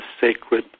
sacred